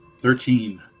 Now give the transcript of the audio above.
Thirteen